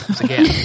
again